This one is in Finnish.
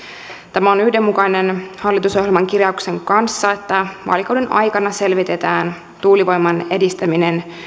tämä on yhdenmukainen hallitusohjelman sen kirjauksen kanssa että vaalikauden aikana selvitetään tuulivoiman edistäminen